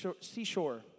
seashore